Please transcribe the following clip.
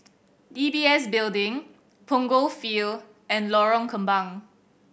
D B S Building Punggol Field and Lorong Kembang